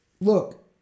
Look